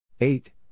eight